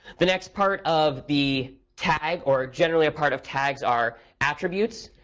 the next part of the tag or generally, a part of tags are attributes.